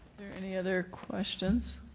there any other questions?